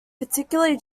particularly